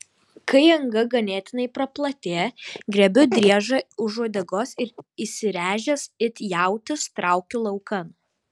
kai anga ganėtinai praplatėja griebiu driežą už uodegos ir įsiręžęs it jautis traukiu laukan